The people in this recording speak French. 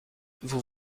vous